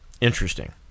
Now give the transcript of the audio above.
Interesting